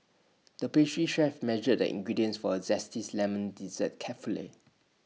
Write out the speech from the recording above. the pastry chef measured the ingredients for A zesties Lemon Dessert carefully